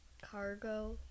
cargo